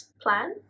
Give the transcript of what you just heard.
plan